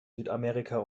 südamerika